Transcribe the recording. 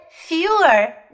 fewer